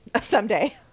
someday